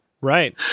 Right